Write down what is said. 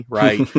right